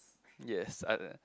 yes